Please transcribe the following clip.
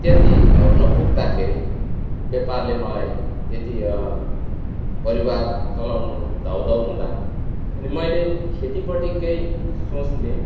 त्यति नपुग्दाखेरि व्यापारले मलाई त्यति परिवार चलाउनु धौधौ हुँदा अनि मैले खेतीपट्टि केही सोच लिएँ